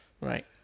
Right